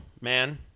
man